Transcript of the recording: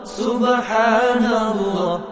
subhanallah